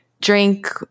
drink